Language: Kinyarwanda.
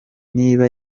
niba